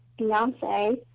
Beyonce